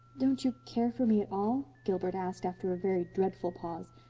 don't you care for me at all? gilbert asked after a very dreadful pause,